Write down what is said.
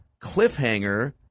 Cliffhanger